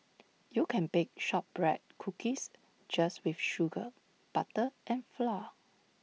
you can bake Shortbread Cookies just with sugar butter and flour